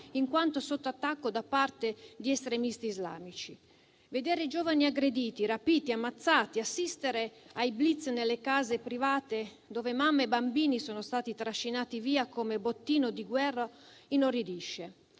in quanto sotto attacco da parte di estremisti islamici. Vedere giovani aggrediti, rapiti e ammazzati, assistere ai *blitz* nelle case private, dove mamme e bambini sono stati trascinati via come bottino di guerra inorridisce.